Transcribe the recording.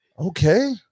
Okay